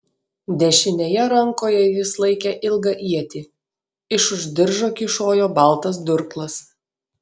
dešinėje rankoje jis laikė ilgą ietį iš už diržo kyšojo baltas durklas